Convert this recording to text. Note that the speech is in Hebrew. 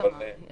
יש הסכמה.